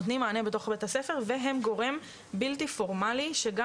נותנים מענה בתוך בית הספר והם גורם בלתי פורמלי שגם